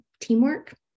teamwork